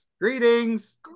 Greetings